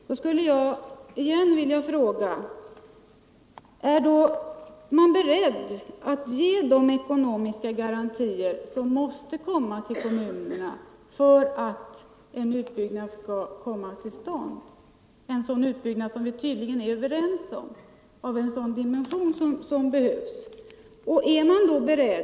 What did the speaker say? Då skulle jag återigen vilja fråga: Är man beredd att ge de ekonomiska garantier som måste ges till kommunerna för att en sådan utbyggnad som vi tydligen är överens om och som behövs skall komma till stånd?